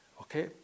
Okay